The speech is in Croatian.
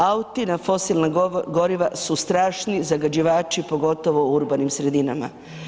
Auti na fosilna goriva su strašni zagađivači, pogotovo u urbanim sredinama.